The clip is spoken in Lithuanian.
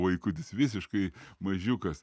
vaikutis visiškai mažiukas